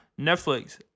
Netflix